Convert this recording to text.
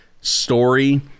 story